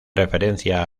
referencia